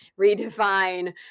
redefine